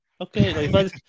Okay